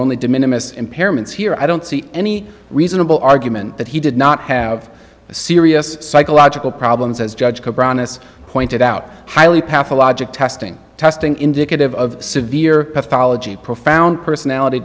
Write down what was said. only de minimus impairments here i don't see any reasonable argument that he did not have serious psychological problems as judge joe brown has pointed out highly pathologic testing testing indicative of severe pathology profound personality